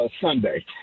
Sunday